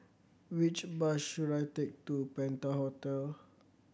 which bus should I take to Penta Hotel